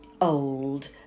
old